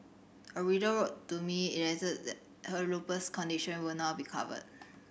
a reader wrote to me elated that her lupus condition will now be covered